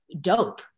dope